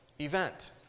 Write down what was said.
event